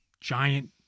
giant